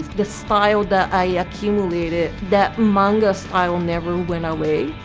the style that i accumulated, that manga style never went away.